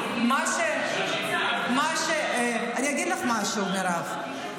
אני אגיד לך משהו, מירב.